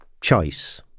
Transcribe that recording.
choice